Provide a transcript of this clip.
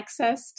accessed